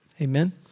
Amen